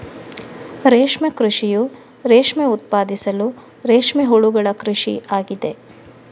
ರೇಷ್ಮೆ ಕೃಷಿಯು ರೇಷ್ಮೆ ಉತ್ಪಾದಿಸಲು ರೇಷ್ಮೆ ಹುಳುಗಳ ಕೃಷಿ ಆಗಿದೆ